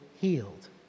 healed